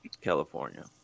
California